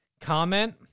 comment